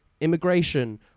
immigration